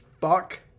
Fuck